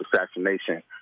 assassination